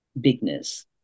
bigness